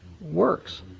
works